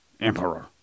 Emperor